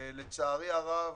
לצערי הרב,